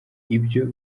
ibyo